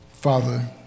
Father